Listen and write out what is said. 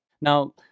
Now